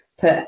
put